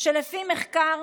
שלפי מחקר